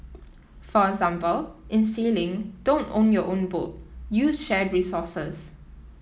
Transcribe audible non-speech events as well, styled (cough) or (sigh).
(noise) for example in sailing don't own your own boat use shared resources